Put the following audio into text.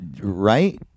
right